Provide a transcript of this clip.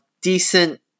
decent